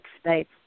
states